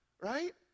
right